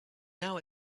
now